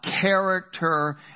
character